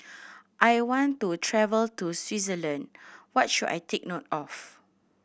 I want to travel to Switzerland what should I take note of